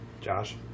Josh